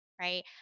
right